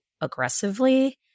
aggressively